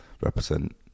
represent